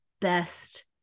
best